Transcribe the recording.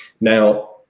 now